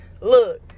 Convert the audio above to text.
look